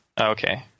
Okay